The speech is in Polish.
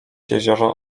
jezioro